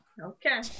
Okay